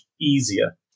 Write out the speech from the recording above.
easier